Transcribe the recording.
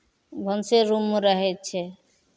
भनसे रूममे रहै छै